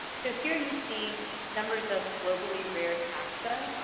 so here you see numbers of globally rare taxa.